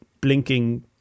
Blinking